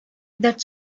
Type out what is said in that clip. that